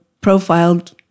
profiled